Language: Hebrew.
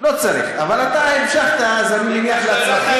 לא צריך, אבל אתה המשכת, אז אני מניח לצרכים,